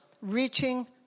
reaching